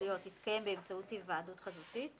ההתנגדויות תתקיים באמצעות היוועדות חזותית,